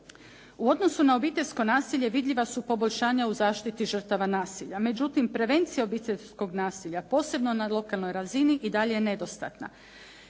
U odnosu na obiteljsko nasilje vidljiva su poboljšanja u zaštiti žrtava nasilja, međutim, prevencija obiteljskog nasilja posebno na lokalnoj razini i dalje je nedostatna.